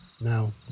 No